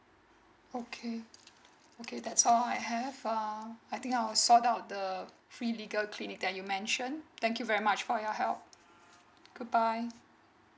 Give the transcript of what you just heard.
okay okay that's all I have um I think I'll sort out the free legal clinic that you mentioned thank you very much for your help goodbye